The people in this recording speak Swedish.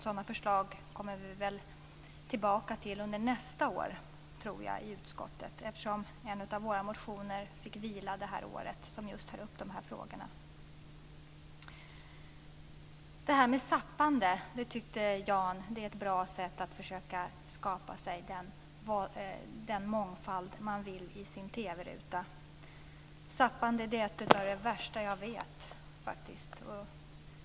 Sådana förslag kommer vi tillbaka till i utskottet under nästa år tror jag eftersom en av våra motioner, som just tar upp de här frågorna, fick vila det här året. Det här med zappande tyckte Jan är ett bra sätt att försöka skapa sig den mångfald man vill ha i sin TV ruta. Zappande är faktiskt något av det värsta jag vet.